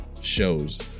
shows